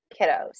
kiddos